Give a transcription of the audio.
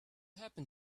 happen